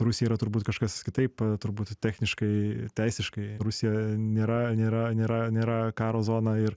rusijoj yra turbūt kažkas kitaip turbūt techniškai teisiškai rusija nėra nėra nėra nėra karo zona ir